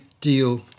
deal